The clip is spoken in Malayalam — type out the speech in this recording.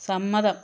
സമ്മതം